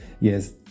Yes